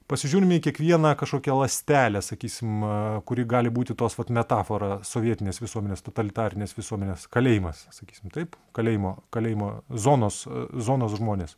pasižiūrime į kiekvieną kažkokią ląstelę sakysim kuri gali būti tos vat metafora sovietinės visuomenės totalitarinės visuomenės kalėjimas sakysim taip kalėjimo kalėjimo zonos zonos žmonės